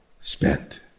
spent